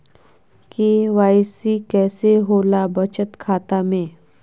KYC कैसे होला बचत खाता में?